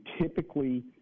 typically –